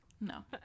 no